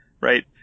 right